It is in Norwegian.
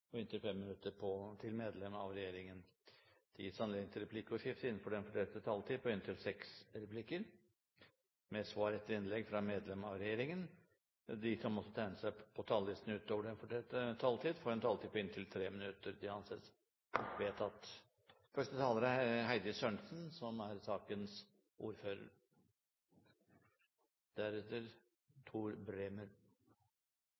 og inntil 5 minutter til medlem av regjeringen. Videre vil presidenten foreslå at det gis anledning til replikkordskifte på inntil seks replikker med svar etter innlegg fra medlem av regjeringen innenfor den fordelte taletid. Videre blir det foreslått at de som måtte tegne seg på talerlisten utover den fordelte taletid, får en taletid på inntil 3 minutter. – Det anses vedtatt. Senterpartiet er